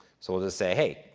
so, we'll just say, hey,